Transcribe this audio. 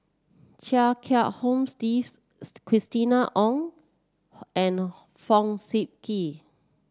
Chia Kiah Hong Steve Christina Ong and Fong Sip Chee